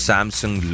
Samsung